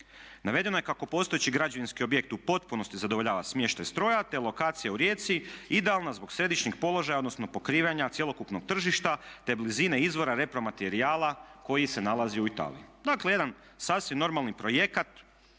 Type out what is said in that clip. Navedeno je kako postojeći građevinski objekt u potpunosti zadovoljava smještaj strojeva te lokacija u Rijeci je idealna zbog središnjeg položaja odnosno pokrivanja cjelokupnog tržišta te blizine izvora repro-materijala koji se nalazi u Italiji. Dakle, jedan sasvim normalni projekt